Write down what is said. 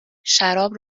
شراب